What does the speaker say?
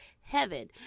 heaven